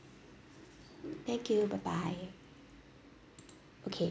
thank you bye bye okay